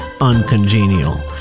uncongenial